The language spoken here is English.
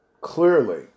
clearly